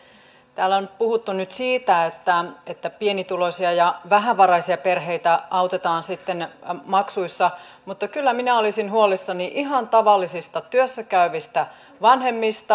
täällä on puhuttu nyt siitä että pienituloisia ja vähävaraisia perheitä autetaan sitten maksuissa mutta kyllä minä olisin huolissani ihan tavallisista työssä käyvistä vanhemmista